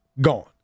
gone